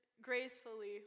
gracefully